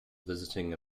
visiting